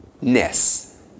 ness